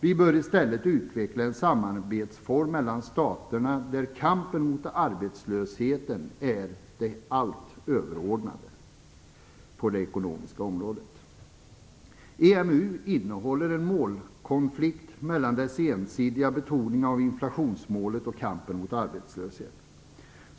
Vi bör i stället utveckla en samarbetsform mellan staterna där kampen mot arbetslösheten är det allt överordnade på det ekonomiska området. EMU innehåller en målkonflikt mellan dess ensidiga betoning av inflationsmålet och kampen mot arbetslösheten.